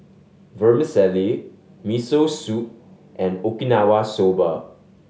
Vermicelli Miso Soup and Okinawa Soba